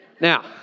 Now